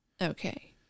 Okay